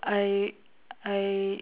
I I